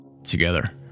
together